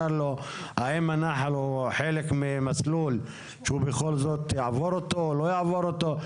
האם זה חלק ממסלול שהוא בכל זאת יעבור אותו או לא יעבור אותו?